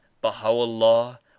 baha'u'llah